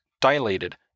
dilated